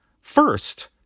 First